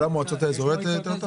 כל המועצות האזוריות זה יותר טוב?